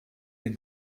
den